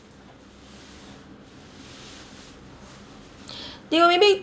they will maybe